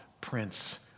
Prince